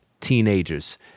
teenagers